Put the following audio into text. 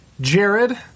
Jared